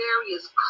various